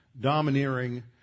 domineering